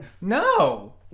No